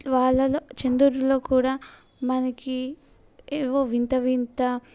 వాళ్ళలో చంద్రుడిలో కూడా మనకు ఏవో వింత వింత